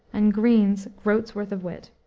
and greene's groat's worth of wit.